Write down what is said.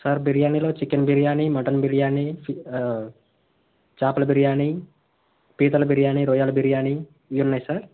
sir బిర్యానీలో chicken biryani mutton biryani చి చేపల బిర్యానీ పీతల బిర్యానీ రొయ్యల బిర్యానీ ఇవి ఉన్నాయి సార్